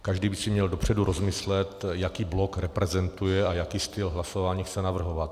Každý by si měl dopředu rozmyslet, jaký blok reprezentuje a jaký styl hlasování chce navrhovat.